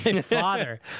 father